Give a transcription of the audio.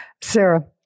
Sarah